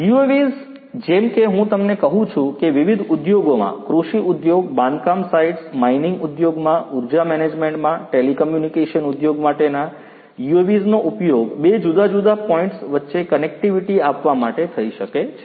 UAVs જેમ કે હું તમને કહું છું કે વિવિધ ઉદ્યોગોમાં કૃષિ ઉદ્યોગ બાંધકામ સાઇટ્સ માઇનિંગ ઉદ્યોગમાં ઉર્જા મેનેજમેન્ટમાં ટેલિકોમ્યુંનીકેશન ઉદ્યોગ માટેના UAVsનો ઉપયોગ બે જુદા જુદા પોઇન્ટ્સ વચ્ચે કનેક્ટિવિટી આપવા માટે થઈ શકે છે